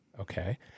Okay